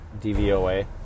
DVOA